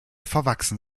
verwachsen